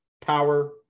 power